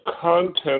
content